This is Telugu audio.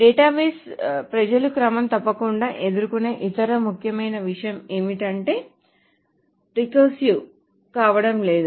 డేటాబేస్ ప్రజలు క్రమం తప్పకుండా ఎదుర్కొనే ఇతర ముఖ్యమైన విషయం ఏమిటంటే పునరావృతం కావడం లేదు